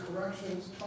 corrections